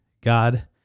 God